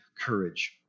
courage